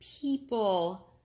people